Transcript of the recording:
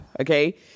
Okay